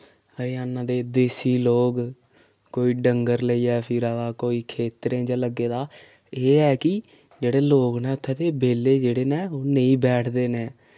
हरियाणा दे देसी लोक कोई डंगर लेइयै फिरा दा कोई खेत्तरें च लग्गे दा एह् ऐ कि जेह्ड़े लोक न उत्थै दे बेल्ले जेह्ड़े न नेईं बैठदे न